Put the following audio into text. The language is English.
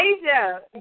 Asia